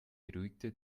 beruhigte